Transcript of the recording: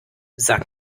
sag